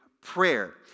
prayer